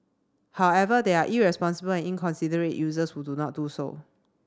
however there are irresponsible and inconsiderate users who do not do so